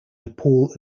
nepal